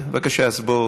אז בבקשה, בוא.